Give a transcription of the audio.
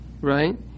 Right